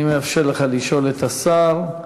אני מאפשר לך לשאול את השר,